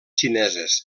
xineses